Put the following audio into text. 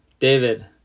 David